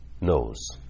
knows